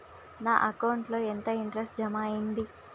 నా అకౌంట్ ల ఎంత ఇంట్రెస్ట్ జమ అయ్యింది?